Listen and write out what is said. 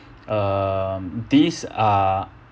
um these are